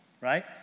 right